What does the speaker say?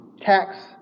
tax